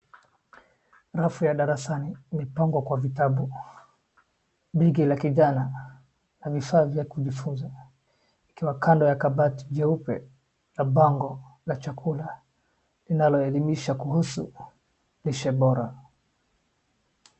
Rafu ya darasani, mipango kwa vitabu, begi la kijana na vifaa vya kujifunza. Ikiwa kando ya kabati jeupe la bango la chakula linaloelimisha kuhusu lishe bora.